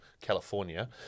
California